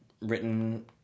written